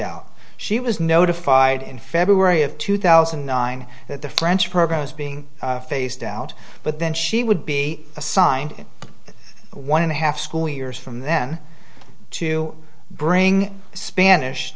out she was notified in february of two thousand and nine that the french program was being phased out but then she would be assigned one and a half school years from then to bring spanish